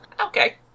Okay